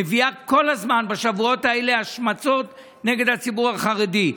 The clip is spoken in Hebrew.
מביא בשבועות האלה כל הזמן השמצות נגד הציבור החרדי.